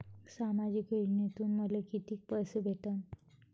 सामाजिक योजनेतून मले कितीक पैसे भेटन?